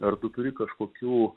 ar tu turi kažkokių